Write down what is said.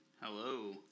Hello